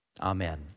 Amen